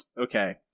okay